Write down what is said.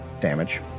damage